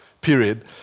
period